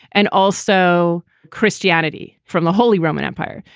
and also christianity from the holy roman empire.